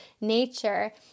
nature